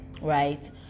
right